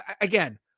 again